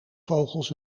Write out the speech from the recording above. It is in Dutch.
vogels